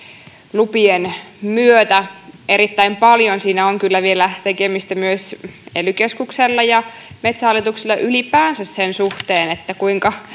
lupien myötä erittäin paljon on kyllä vielä tekemistä myös ely keskuksella ja metsähallituksella ylipäänsä sen suhteen kuinka